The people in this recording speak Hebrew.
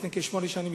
לפני כשמונה שנים,